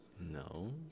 No